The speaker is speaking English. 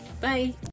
bye